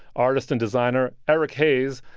artist and designer eric haze,